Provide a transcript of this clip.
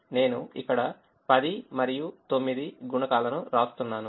కాబట్టి నేను ఇక్కడ 10 మరియు 9 గుణకాలను వ్రాస్తున్నాను